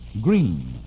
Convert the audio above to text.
green